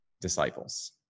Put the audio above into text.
disciples